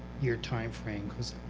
year timeframe because